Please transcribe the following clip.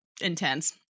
intense